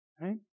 right